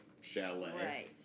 chalet